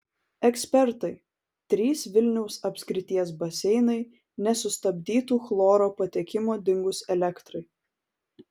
ekspertai trys vilniaus apskrities baseinai nesustabdytų chloro patekimo dingus elektrai